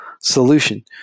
solution